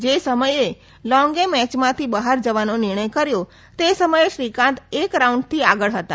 જે સમયે લૌંગે મેચમાંથી બહાર જવાનો નિર્ણય કર્યો તે સમયે શ્રીકાંત એક રાઉન્ડથી આગળ હતા